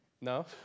No